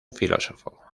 filósofo